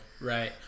Right